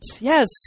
Yes